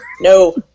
No